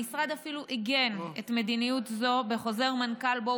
המשרד אפילו עיגן מדיניות זו בחוזר מנכ"ל שבו